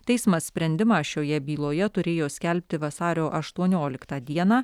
teismas sprendimą šioje byloje turėjo skelbti vasario aštuonioliktą dieną